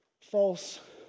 false